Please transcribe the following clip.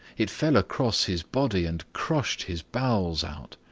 it fell across his body and crushed his bowels out.